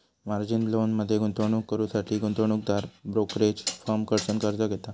margin लोनमध्ये गुंतवणूक करुसाठी गुंतवणूकदार ब्रोकरेज फर्म कडसुन कर्ज घेता